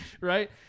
Right